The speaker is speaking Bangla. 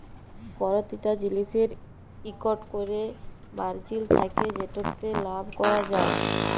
পরতিটা জিলিসের ইকট ক্যরে মারজিল থ্যাকে যেটতে লাভ ক্যরা যায়